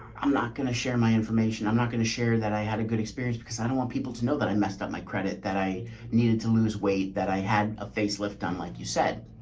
i'm not going to share my information. i'm not going to share that. i had a good experience because i don't want people to know that i messed up my credit, that i needed to lose weight, that i had a face lift on like you said.